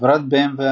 חברת ב.מ.וו.